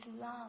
love